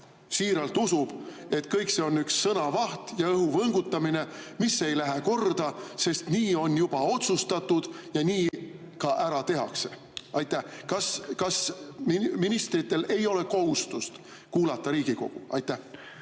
siiralt usub, et kõik see on üks sõnavaht ja õhu võngutamine, mis ei lähe korda, sest nii on juba otsustatud ja nii ka ära tehakse. Kas ministritel ei ole kohustust kuulata Riigikogu? Jah,